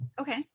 Okay